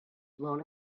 blown